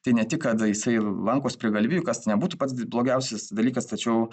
tai ne tik kad jisai lankos prie galvijų kas tai nebūtų pats blogiausias dalykas tačiau